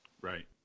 Right